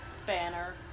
Banner